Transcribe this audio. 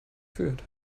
führt